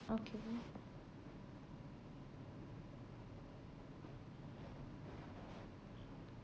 okay then